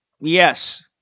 Yes